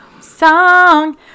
Song